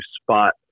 spot